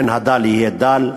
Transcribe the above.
בן הדל יהיה דל,